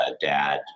dad